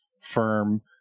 firm